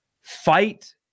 fight